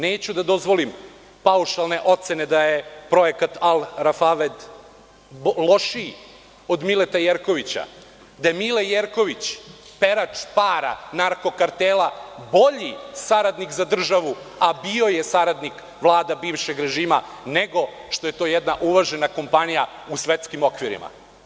Neću da dozvolim paušalne ocene da je projekat „Al Rafaved“ lošiji od Mileta Jerkovića, da je Mile Jerković, perač para narko kartera bolji saradnik za državu, a bio je saradnik vlada bivšeg režima, nego što je to jedna uvažena kompanija u svetskim okvirima.